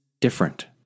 different